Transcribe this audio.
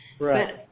Right